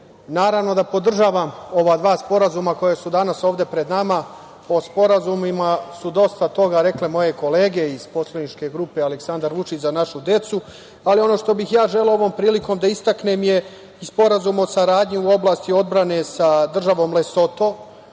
naravno da podržavam ova dva sporazuma koja su danas ovde pred nama.O sporazumima su dosta toga rekle moje kolege iz PG Aleksandar Vučić – Za našu decu, ali ono što bih ja želeo ovom prilikom da istaknem je Sporazum o saradnji u oblasti odbrane sa državom Lesoto.